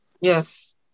Yes